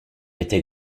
était